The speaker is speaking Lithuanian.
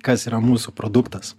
kas yra mūsų produktas